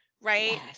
right